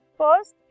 first